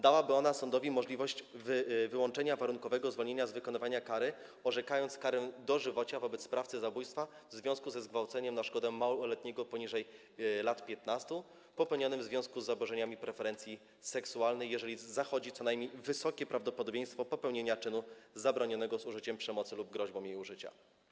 Dałaby ona sądowi możliwość wyłączenia warunkowego zwolnienia z wykonywania kary przy orzekaniu kary dożywocia wobec sprawcy zabójstwa w związku ze zgwałceniem na szkodę małoletniego poniżej lat 15 popełnionym w związku z zaburzeniami preferencji seksualnej, jeżeli zachodzi co najmniej wysokie prawdopodobieństwo popełnienia czynu zabronionego z użyciem przemocy lub groźbą jej użycia.